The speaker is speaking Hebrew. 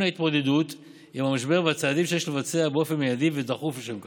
ההתמודדות עם המשבר והצעדים שיש לבצע באופן מיידי ודחוף לשם כך.